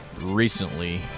recently